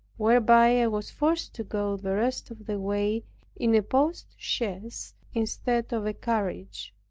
whereby i was forced to go the rest of the way in a post-chaise instead of a carriage.